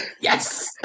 Yes